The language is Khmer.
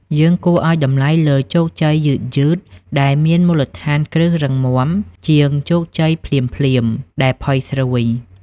យើងគួរឱ្យតម្លៃលើ "ជោគជ័យយឺតៗ" ដែលមានមូលដ្ឋានគ្រឹះរឹងមាំ ជាង "ជោគជ័យភ្លាមៗ" ដែលផុយស្រួយ។